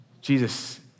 Jesus